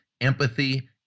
empathy